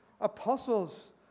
apostles